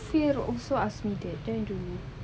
fear also ask me date don't do